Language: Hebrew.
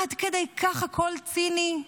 עד כדי כך הכול ציני?